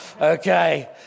okay